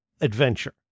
Adventure